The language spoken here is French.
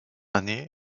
année